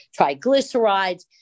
triglycerides